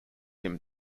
him